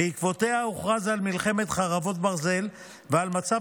ובעקבותיה הוכרז על מלחמת חרבות ברזל ועל מצב